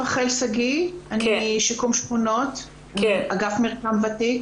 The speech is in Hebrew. אני משיקום שכונות, אגב מרקם וותיק.